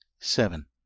seven